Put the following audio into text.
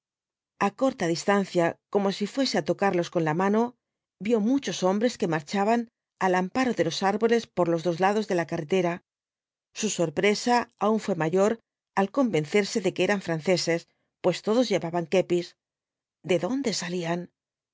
a corta distancia como si fuese á tocarlos con la mano vio muchos hombres que marchaban al amparo de los árboles por los dos lados de la carretera su sorpresa aun fué mayor al convencerse de que eran franceses pues todos llevaban kepis de dónde salían